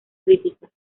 críticas